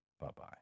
Bye-bye